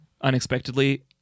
unexpectedly